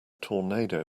tornado